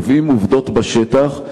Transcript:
קובעים עובדות בשטח,